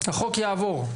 החוק יעבור.